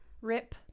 Rip